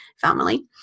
family